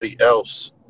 else